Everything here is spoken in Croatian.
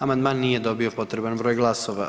Amandman nije dobio potreban broj glasova.